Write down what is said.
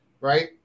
right